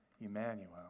Emmanuel